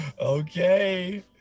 Okay